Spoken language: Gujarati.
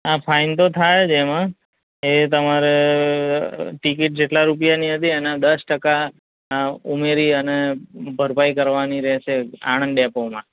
હા ફાઈન તો થાય જ એમાં એ તમારે ટિકિટ જેટલા રૂપિયાની હતી એના દસ ટકા ઉમેરી અને ભરપાઈ કરવાની રહેશે આણંદ ડેપોમાં